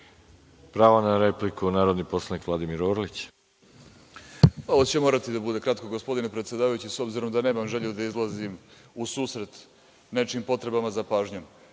pravo na repliku. **Vladimir Orlić** Ovo će morati da bude kratko, gospodine predsedavajući, s obzirom da nemam želju da izlazim u susret nečijim potrebama za pažnjom.